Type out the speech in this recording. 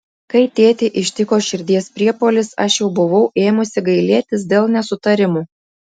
kai tėtį ištiko širdies priepuolis aš jau buvau ėmusi gailėtis dėl nesutarimų